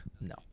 No